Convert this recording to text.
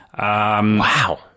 Wow